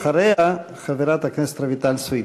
אחריה, חברת הכנסת רויטל סויד.